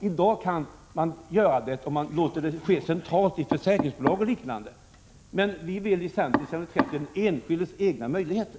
I dag kan man ge lättnader, om sparandet sker centralt via försäkringsbolag och liknande. Men vi i centern vill se till den enskildes egna möjligheter.